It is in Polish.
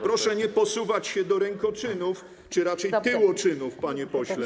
Proszę nie posuwać się do rękoczynów czy raczej tyłoczynów, panie pośle.